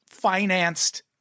Financed